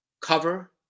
cover